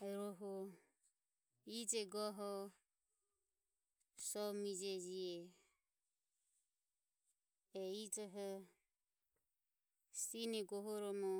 rohu ije goho Somije jihe e ijoho sine goho romo.